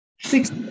six